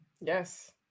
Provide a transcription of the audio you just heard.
Yes